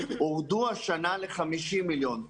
הורדו השנה ל-50 מיליון.